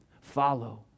follow